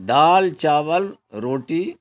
دال چاول روٹی